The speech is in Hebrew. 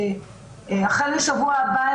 החל משבוע הבא,